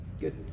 Good